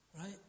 right